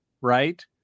right